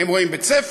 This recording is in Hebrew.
הם רואים בית-ספר,